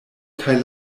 kaj